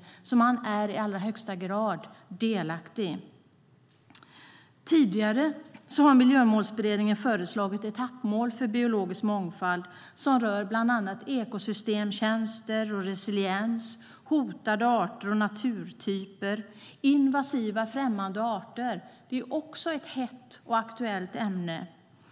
Vänsterpartiet är alltså i allra högsta grad delaktigt. Tidigare har Miljömålsberedningen föreslagit etappmål för biologisk mångfald som rör bland annat ekosystemstjänster och resiliens, hotade arter och naturtyper, invasiva främmande arter, som också är ett hett och aktuellt ämne,